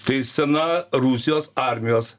tai sena rusijos armijos